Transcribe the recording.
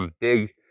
big